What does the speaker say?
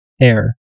air